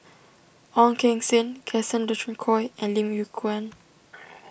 Ong Keng Sen Gaston Dutronquoy and Lim Yew Kuan